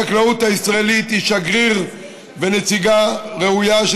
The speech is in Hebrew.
החקלאות הישראלית היא שגריר ונציגה ראויה של